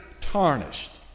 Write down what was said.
tarnished